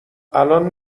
الان